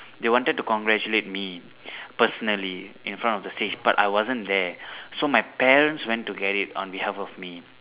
they wanted to congratulate me personally in front of the stage but I wasn't there so my parents went to get it on behalf of me